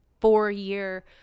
four-year